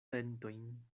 dentojn